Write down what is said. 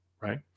Right